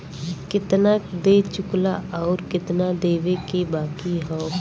केतना दे चुकला आउर केतना देवे के बाकी हौ